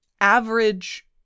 average